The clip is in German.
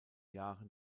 jahren